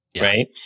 right